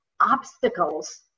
obstacles